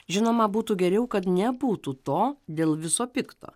žinoma būtų geriau kad nebūtų to dėl viso pikto